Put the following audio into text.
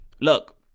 look